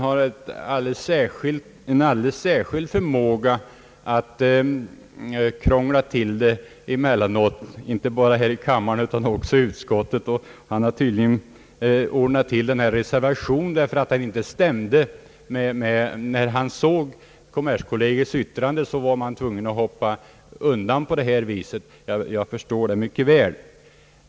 Herr Åkerlund har en alldeles särskild förmåga att krångla till det emellanåt, inte bara här i kammaren utan också i utskottet. Han har tydligen ordnat till denna reservation därför att det inte stämde. När han såg yttrandet från kommerskollegium var han tvungen att hoppa undan på detta sätt — jag förstår det mycket väl.